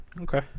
Okay